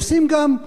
לשים גם,